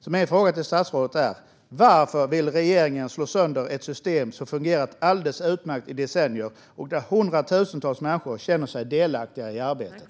Min fråga till statsrådet är: Varför vill regeringen slå sönder ett system som har fungerat alldeles utmärkt i decennier och där hundratusentals människor känner sig delaktiga i arbetet?